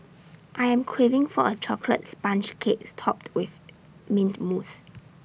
I am craving for A chocolate sponge cakes topped with Mint Mousse